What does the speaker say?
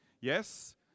yes